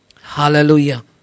Hallelujah